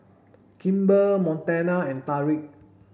Kimber Montana and Tariq